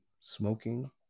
smoking